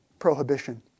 prohibition